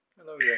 Hello